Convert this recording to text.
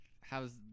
how's